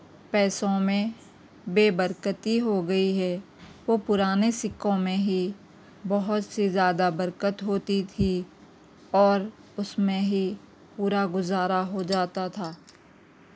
پیسوں میں بے برکتی ہو گئی ہے وہ پرانے سکوں میں ہی بہت سی زیادہ برکت ہوتی تھی اور اس میں ہی پورا گزارا ہو جاتا تھا